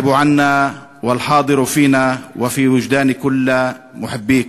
אתה נפקד מעמנו ונוכח בקרבנו ובמצפון כל אוהביך.